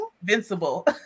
Invincible